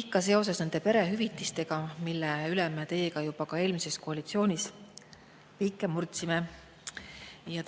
Ikka seoses nende perehüvitistega, mille üle me teiega juba eelmises koalitsioonis piike murdsime.